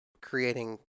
creating